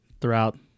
throughout